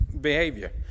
behavior